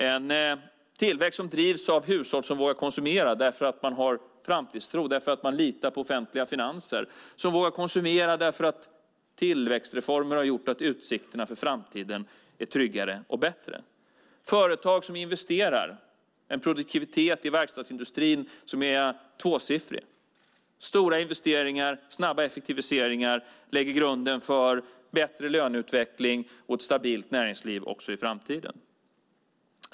Det är en tillväxt som drivs av hushåll som vågar konsumera därför att man har framtidstro och litar på offentliga finanser, som vågar konsumera eftersom tillväxtreformer har gjort att utsikterna för framtiden är tryggare och bättre. Vi har företag som investerar och en produktivitet i verkstadsindustrin som är tvåsiffrig. Stora investeringar och snabba effektiviseringar lägger grunden för bättre löneutveckling och ett stabilt näringsliv också i framtiden.